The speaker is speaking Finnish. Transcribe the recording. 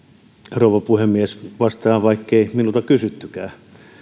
rouva puhemies vastaan vaikkei minulta kysyttykään